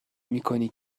میکنی